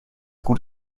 gut